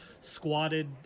squatted